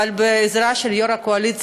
אבל בעזרתו של יו"ר הקואליציה,